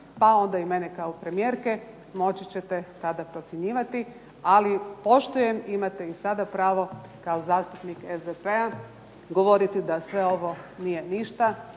pa onda i mene kao premijerke moći ćete tada procjenjivati, ali poštujem imate i sada pravo kao zastupnik SDP-a govoriti da sve ovo nije ništa.